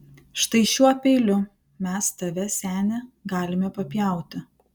štai šiuo peiliu mes tave seni galime papjauti